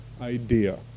idea